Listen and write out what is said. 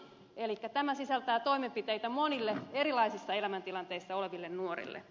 elikkä tämä sisältää toimenpiteitä monille erilaisissa elämäntilanteissa oleville nuorille